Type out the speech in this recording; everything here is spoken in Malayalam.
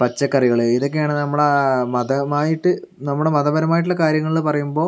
പച്ചക്കറികള് ഇതൊക്കെയാണ് നമ്മുടെ മതമായിട്ട് നമ്മുടെ മതപരമായിട്ടുള്ള കാര്യങ്ങളിൽ പറയുമ്പോൾ